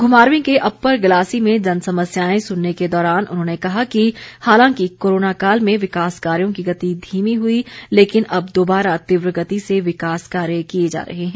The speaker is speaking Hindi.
घुमारवीं के अप्पर गलासी में जनसमस्याएं सुनने के दौरान उन्होंने कहा कि हालांकि कोरोना काल में विकास कार्यों की गति धीमी हुई लेकिन अब दोबारा तीव्र गति से विकास कार्य किए जा रहे हैं